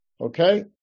Okay